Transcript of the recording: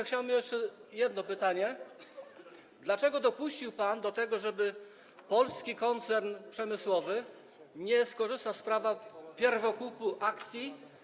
Chciałbym zadać jeszcze jedno pytanie: Dlaczego dopuścił pan do tego, żeby polski koncern przemysłowy nie skorzystał z prawa pierwokupu akcji?